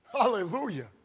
Hallelujah